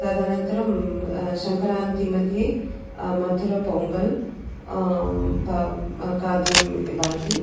तदनन्तरं सङ्क्रान्तिमध्ये मधुरपोङ्गल् बा खाद्यं भवति